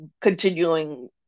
continuing